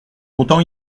longtemps